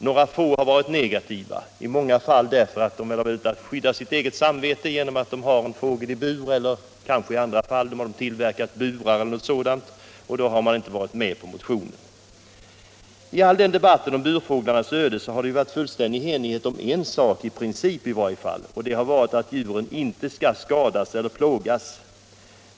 Några få har varit negativa — i många fall för att skydda sitt eget samvete därför att de har en fågel i bur eller kanske tillverkar burar osv. I all denna debatt om burfåglarnas öde har det varit fullständig enighet om en sak — i varje fall i princip — och det har varit att djuren inte skall skadas eller plågas.